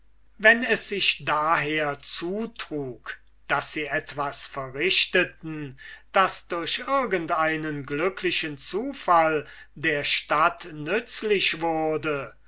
wenn es sich daher zutrug daß sie etwas verrichteten das durch irgend einen glücklichen zufall der stadt nützlich wurde